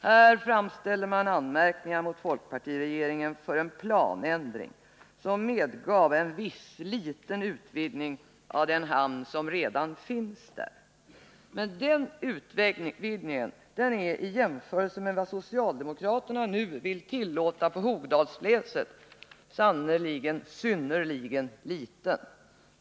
Här riktar man anmärkningar mot folkpartiregeringen för en planändring, som medgav en viss, liten utvidgning av den hamn som redan finns där. Den utvidgningen är i jämförelse med vad socialdemokraterna nu vill tillåta på Hogdalsnäset sannerligen synnerligen liten.